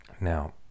Now